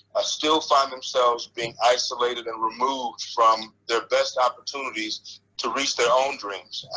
i still find themselves being isolated and removed from their best opportunities to reach their own dreams.